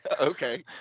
Okay